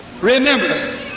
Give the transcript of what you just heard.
remember